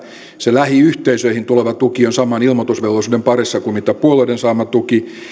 se lähiyhteisöiltä tuleva tuki on saman ilmoitusvelvollisuuden parissa kuin mitä puolueiden saama tuki